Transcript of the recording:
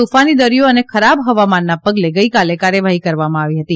તોફાની દરિયો અને ખરાબ હવામાનના પગલે ગઈકાલે કાર્યવાહી કરવામાં આવી હતી